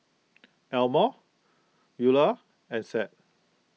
Elmore Ula and Seth